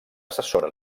assessora